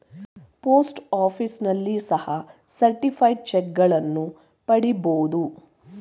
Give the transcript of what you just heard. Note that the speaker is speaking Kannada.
ಪೋಸ್ಟ್ ಆಫೀಸ್ನಲ್ಲಿ ಸಹ ಸರ್ಟಿಫೈಡ್ ಚಕ್ಗಳನ್ನ ಪಡಿಬೋದು